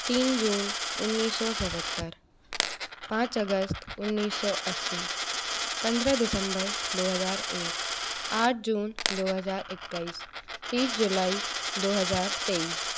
तीन जून उन्नीस सौ सतत्तर पाँच अगस्त उन्नीस सौ अस्सी पन्द्रह दिसंबर दो हज़ार एक आठ जून दो हज़ार इक्कीस तीस जुलाई दो हज़ार तेईस